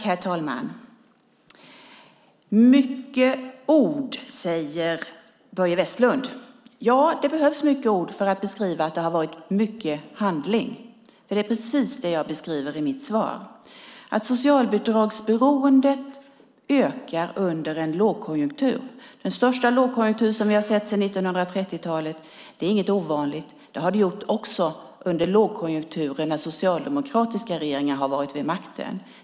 Herr talman! Mycket ord, säger Börje Vestlund. Det behövs mycket ord för att beskriva att det har varit mycket handling. Det är precis det jag beskriver i mitt svar. Att socialbidragsberoendet ökar under en lågkonjunktur - den största lågkonjunktur som vi har sett sedan 1930-talet - är inget ovanligt. Det har det gjort också under lågkonjunkturer när socialdemokratiska regeringar har varit vid makten.